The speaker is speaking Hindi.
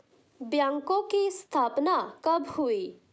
बैंकों की स्थापना कब हुई?